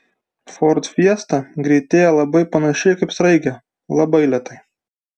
ford fiesta greitėja panašiai kaip sraigė labai lėtai